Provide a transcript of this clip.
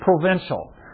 provincial